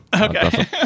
Okay